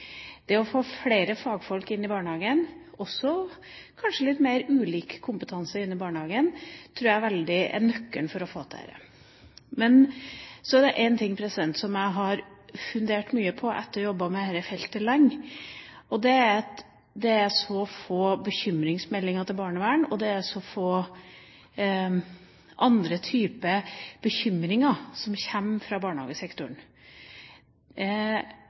Det å få flere fagfolk inn i barnehagen, kanskje også med litt mer ulik kompetanse, tror jeg er nøkkelen for å få dette til. Så er det en ting som jeg har fundert mye på etter at å ha jobbet med dette feltet lenge, og det er at det kommer så få bekymringsmeldinger til barnevernet, og det kommer så få andre typer bekymringer fra barnehagesektoren.